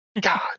God